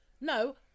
No